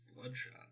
Bloodshot